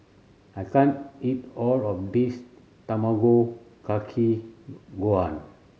I can't eat all of this Tamago Kake Gohan